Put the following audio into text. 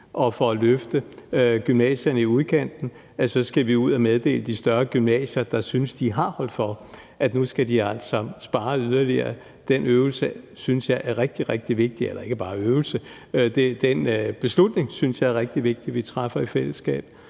og for at løfte gymnasierne i udkanten så skal ud og meddele de større gymnasier, der synes, de har holdt for, at de altså nu skal spare yderligere, så ser vi på det, for den beslutning synes jeg det er rigtig vigtigt vi træffer i fællesskab.